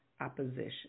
opposition